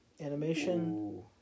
animation